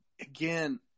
again